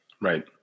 Right